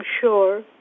sure